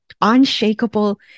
unshakable